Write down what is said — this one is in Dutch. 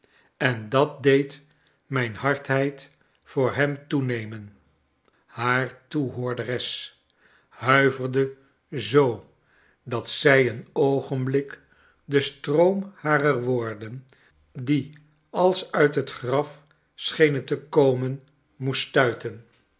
en dat deed mijn hardheid voor hem toenemen haar toehoorderes huiverde zoo dat zij een oogenblik den stroom harer woorden die als uit het gral schenen te komen moest stuiten